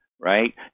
Right